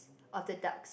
of the duck